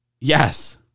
Yes